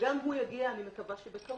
וגם הוא יגיע, אני מקווה שבקרוב,